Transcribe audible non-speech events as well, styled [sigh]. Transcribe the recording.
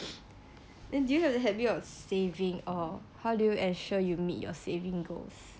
[noise] do you have the habit of saving or how do you ensure you meet your savings goals